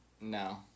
No